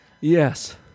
Yes